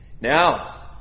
Now